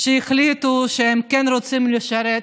שהחליטו שהם כן רוצים לשרת,